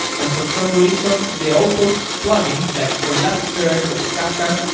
and for some reason the output plugin, like for elasticsearch or for kafka,